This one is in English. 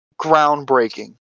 groundbreaking